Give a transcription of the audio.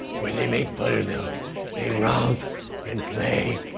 where they make buttermilk they rump and play,